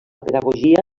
pedagogia